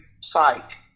site